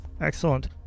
Excellent